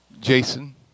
Jason